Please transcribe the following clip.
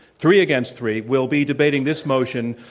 three against three, will be debating this motion,